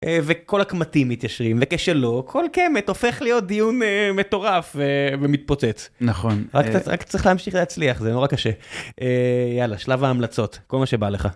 וכל הקמטים מתיישרים וכשלא כל קמט הופך להיות דיון מטורף ומתפוצץ נכון רק צריך להמשיך להצליח זה נורא קשה יאללה שלב ההמלצות כל מה שבא לך.